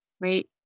Right